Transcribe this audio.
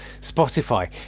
Spotify